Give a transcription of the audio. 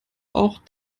auch